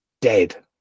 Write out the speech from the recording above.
dead